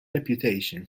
reputation